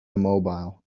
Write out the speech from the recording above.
immobile